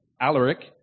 Alaric